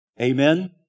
Amen